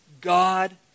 God